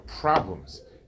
problems